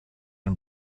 and